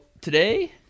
today